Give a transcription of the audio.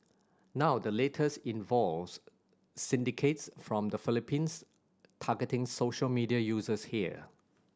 now the latest involves syndicates from the Philippines targeting social media users here